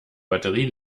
batterie